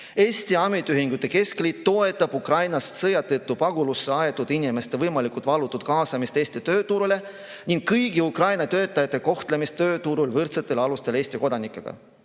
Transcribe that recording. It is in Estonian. "Eesti Ametiühingute Keskliit toetab Ukrainast sõja tõttu pagulusse aetud inimeste võimalikult valutut kaasamist Eesti tööturule ning kõigi Ukraina töötajate kohtlemist tööturul võrdsetel alustel Eesti kodanikega.